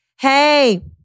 hey